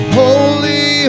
holy